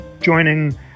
joining